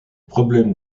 problèmes